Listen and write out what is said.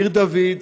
עיר דוד,